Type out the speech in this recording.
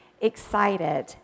excited